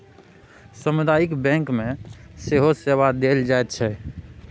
सामुदायिक बैंक मे सेहो सेवा देल जाइत छै